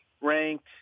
ranked